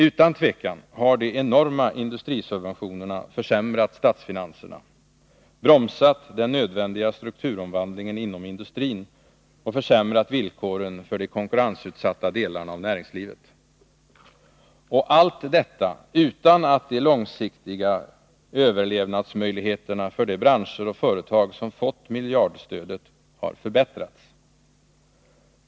Utan tvivel har de enorma industrisubventionerna försämrat statsfinanserna, bromsat den nödvändiga strukturomvandlingen inom industrin och försämrat villkoren för de konkurrensutsatta delarna av näringslivet — och allt detta utan att de långsiktiga överlevnadsmöjligheterna för de branscher och företag som fått miljardstödet har förbättrats.